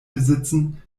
besitzen